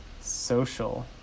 Social